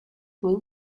will